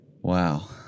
Wow